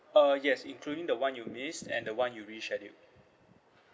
uh yes including the [one] you missed and the [one] you rescheduled